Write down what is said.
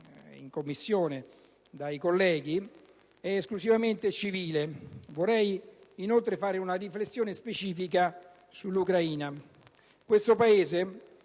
in Commissione dai colleghi, è esclusivamente civile. Vorrei poi fare una riflessione specifica sull'Ucraina. Questo Paese